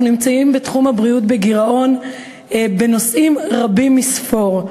בתחום הבריאות אנחנו נמצאים בגירעון בנושאים רבים מספור,